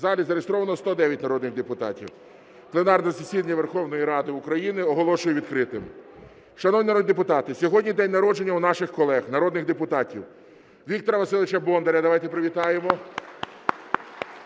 В залі зареєстровано 109 народних депутатів. Пленарне засідання Верховної Ради України оголошую відкритим. Шановні народні депутати, сьогодні день народження у наших колег народних депутатів. Віктора Васильовича Бондаря. Давайте привітаємо